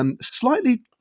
Slightly